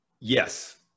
yes